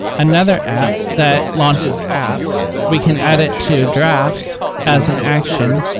another app that launches apps, we can add it to drafts as an action,